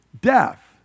Death